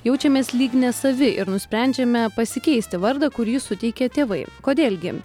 jaučiamės lyg nesavi ir nusprendžiame pasikeisti vardą kurį suteikė tėvai kodėl gi